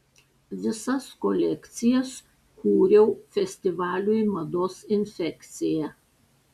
visas kolekcijas kūriau festivaliui mados infekcija